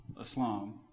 Islam